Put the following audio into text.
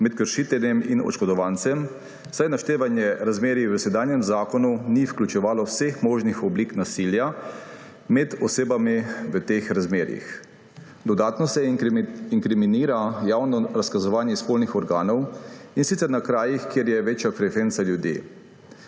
med kršiteljem in oškodovancem, saj naštevanje razmerij v sedanjem zakonu ni vključevalo vseh možnih oblik nasilja med osebami v teh razmerjih. Dodatno se inkriminira javno razkazovanje spolnih organov, in sicer na krajih, kjer je večja frekvenca ljudi.